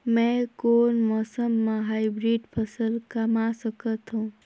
मै कोन मौसम म हाईब्रिड फसल कमा सकथव?